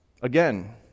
again